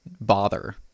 bother